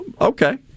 Okay